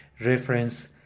reference